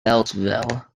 beltsville